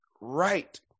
right